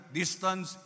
distance